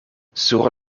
sur